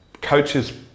coaches